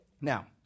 Now